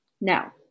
Now